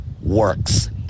works